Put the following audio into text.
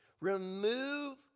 remove